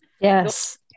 Yes